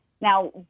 Now